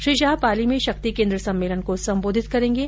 श्री शाह पाली में शक्ति केन्द्र सम्मेलन को संबोधित करेंगे